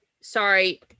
Sorry